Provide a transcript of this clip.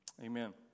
Amen